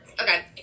Okay